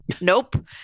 nope